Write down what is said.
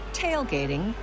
tailgating